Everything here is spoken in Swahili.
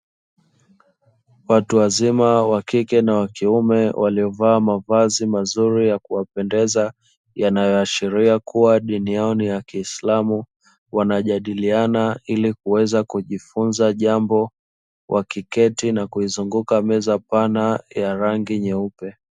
Watu wazima wakike na wakiume waliovaa mavazi mazuri n ya kuwapendeza, yanayoashiria kuwa dini yao ni ya kiisilamu wanajadiliana ili kuweza kujifunza jambo, wakiketi na kuzunguka meza pana ya rangi nyeupe.